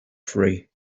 free